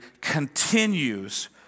continues